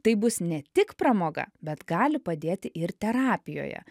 tai bus ne tik pramoga bet gali padėti ir terapijoje